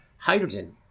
hydrogen